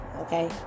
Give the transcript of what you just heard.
okay